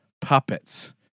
puppets